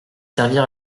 servir